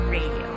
Radio